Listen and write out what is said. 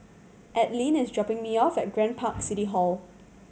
Adline is dropping me off at Grand Park City Hall